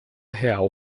real